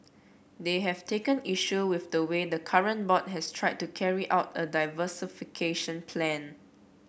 they have taken issue with the way the current board has tried to carry out a diversification plan